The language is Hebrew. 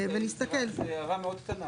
זו הערה מאוד קטנה.